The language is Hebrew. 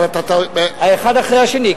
אחד אחרי השני.